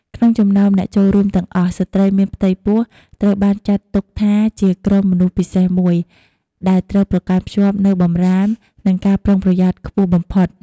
ក្នុងចំណោមអ្នកចូលរួមទាំងអស់ ស្ត្រីមានផ្ទៃពោះត្រូវបានគេចាត់ទុកថាជាក្រុមមនុស្សពិសេសមួយ ដែលត្រូវប្រកាន់ខ្ជាប់នូវបម្រាម និងការប្រុងប្រយ័ត្នខ្ពស់បំផុត។